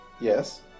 Yes